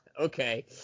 okay